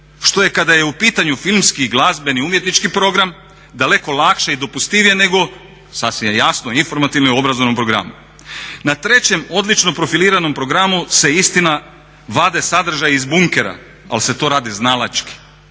što je kada je u pitanju filmski i glazbeni, umjetnički program daleko lakše i dopustivije nego, sasvim je jasno informativnom i obrazovnom programu. Na trećem odlično profiliranom programu se istina vade sadržaji iz bunkera ali se to radi znalački